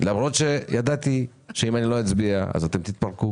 למרות שידעתי שאם אני לא אצביע אתם תתפרקו